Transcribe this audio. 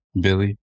Billy